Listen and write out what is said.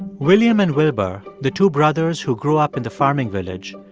william and wilber, the two brothers who grew up in the farming village,